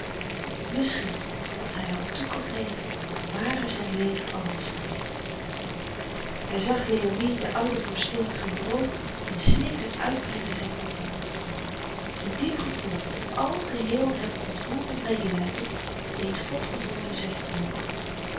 misschien als hij had toegegeven ware zijn leven anders geweest hij zag léonie de oude vorstin gebroken in snikken uitbrengen zijn kantoor een diep gevoel een algeheel hem ontroerend medelijden deed vochtig worden zijn oogen